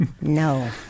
No